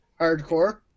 Hardcore